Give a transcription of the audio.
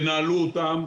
תנהלו אותם,